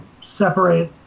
separate